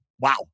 wow